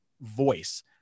voice